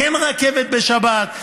כן רכבת בשבת,